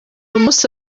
umunsi